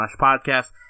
Podcast